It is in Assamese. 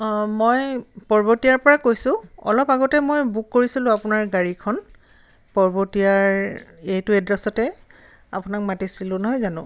অঁ মই পৰ্বতীয়াৰপৰা কৈছোঁ অলপ আগতে মই বুক কৰিছিলোঁ আপোনাৰ গাড়ীখন পৰ্বতীয়াৰ এইটো এড্ৰেচতে আপোনাক মাতিছিলোঁ নহয় জানো